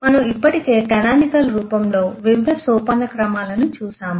మనము ఇప్పటికే కానానికల్ రూపంలో వివిధ సోపానక్రమాలను చూసాము